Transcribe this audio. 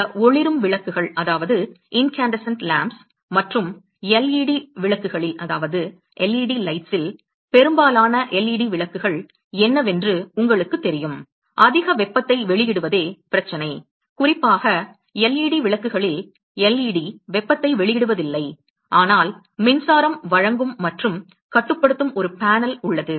இந்த ஒளிரும் விளக்குகள் மற்றும் எல்இடி விளக்குகளில் பெரும்பாலான எல்இடி விளக்குகள் என்னவென்று உங்களுக்குத் தெரியும் அதிக வெப்பத்தை வெளியிடுவதே பிரச்சனை குறிப்பாக எல்இடி விளக்குகளில் எல்இடி வெப்பத்தை வெளியிடுவதில்லை ஆனால் மின்சாரம் வழங்கும் மற்றும் கட்டுப்படுத்தும் ஒரு பேனல் உள்ளது